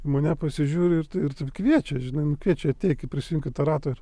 į mane pasižiūri ir ir kviečia žinai nu kviečia ateik ir prisijunk į tą ratą